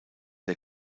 der